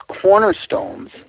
cornerstones